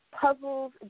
Puzzles